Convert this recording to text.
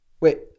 wait